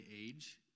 age